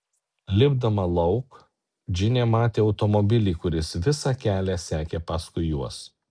lipdama lauk džinė matė automobilį kuris visą kelią sekė paskui juos